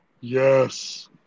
yes